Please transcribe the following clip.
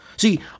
See